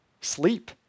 Sleep